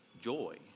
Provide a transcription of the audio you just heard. joy